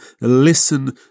listen